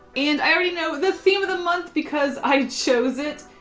and i already know the theme of the month because i chose it.